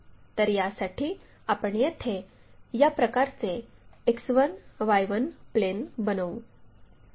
तर यासाठी आपण येथे या प्रकारचे X1 Y1 प्लेन बनवू